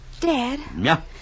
Dad